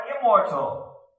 immortal